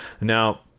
now